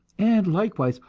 and likewise,